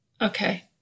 Okay